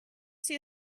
see